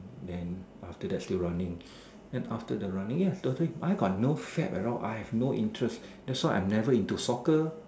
then after that still running then after the running ya totally I've got no fab at all I have no interest that's why I'm never into soccer